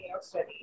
study